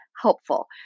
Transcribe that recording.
helpful